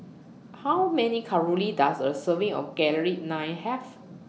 How Many Calories Does A Serving of Garlic Naan Have